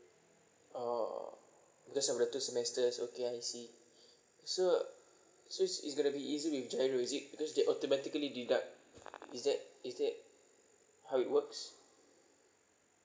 oh just over the two semesters okay I see so uh so it's it's going to be easy with G_I_R_O is it because they automatically deduct is that is that how it works